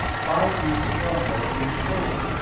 if i agree to hornblower being told